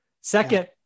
Second